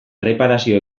erreparazio